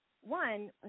One